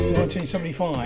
1975